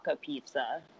pizza